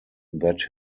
that